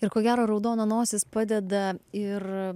ir ko gero raudona nosis padeda ir